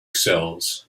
cells